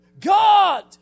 God